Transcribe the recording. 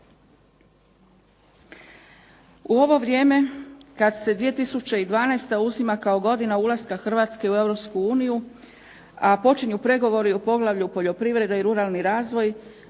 U ovo vrijeme kada se 2012. uzima kao godina ulaska Hrvatske u Europsku uniju, a počinju pregovori o poglavlju Poljoprivreda i ruralni razvoj,